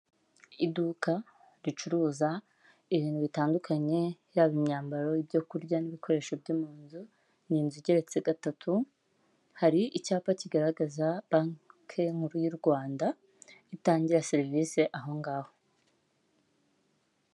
Ibiti, ibyatsi, cyapa, indabyo, inzu, amabati.